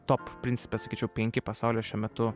top principe sakyčiau penki pasaulio šiuo metu